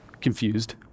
confused